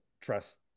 trust